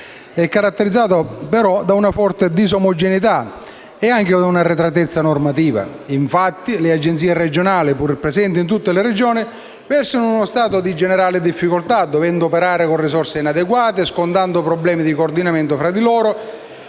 è caratterizzato però da una forte disomogeneità ed anche da arretratezza normativa. Infatti, le Agenzie regionali, pur presenti in tutte le Regioni, versano in uno stato di generale difficoltà, dovendo operare con risorse inadeguate e scontando problemi di coordinamento fra di loro